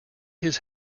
his